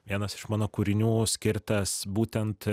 vienas iš mano kūrinių skirtas būtent